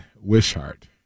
Wishart